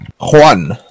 Juan